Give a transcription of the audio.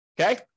okay